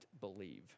believe